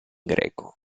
greco